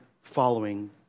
following